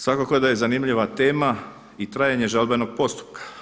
Svakako da je zanimljiva tema i trajanje žalbenog postupka.